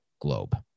globe